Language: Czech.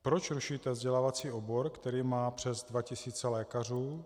Proč rušíte vzdělávací obor, který má přes dva tisíce lékařů?